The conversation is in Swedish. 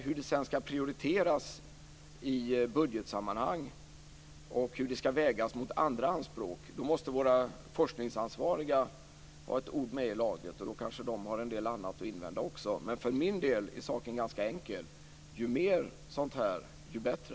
Hur det sedan ska prioriteras i budgetsammanhang och hur det ska vägas mot andra anspråk kan jag inte säga. Då måste våra forskningsansvariga ha ett ord med i laget. De har kanske en del annat att invända. Men för min del är saken ganska enkel; ju mer sådant desto bättre.